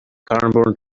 cranbourne